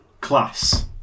Class